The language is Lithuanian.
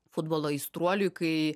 futbolo aistruoliui kai